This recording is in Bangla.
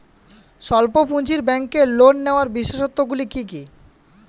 স্বল্প পুঁজির ব্যাংকের লোন নেওয়ার বিশেষত্বগুলি কী কী?